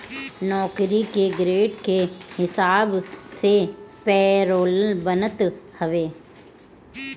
नौकरी के ग्रेड के हिसाब से पेरोल बनत हवे